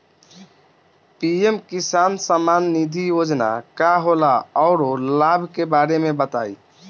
PM किसान सम्मान निधि योजना का होला औरो लाभ के बारे में बताई?